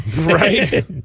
Right